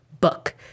book